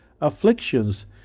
Afflictions